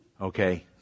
Okay